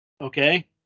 Okay